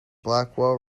blackwell